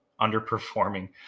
underperforming